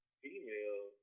female